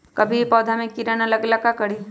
कभी भी पौधा में कीरा न लगे ये ला का करी?